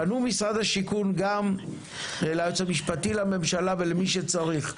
פנו משרד השיכון גם ליועץ המשפטי לממשלה ולמי שצריך,